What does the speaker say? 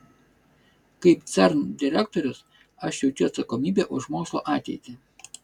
kaip cern direktorius aš jaučiu atsakomybę už mokslo ateitį